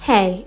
Hey